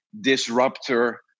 disruptor